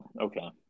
Okay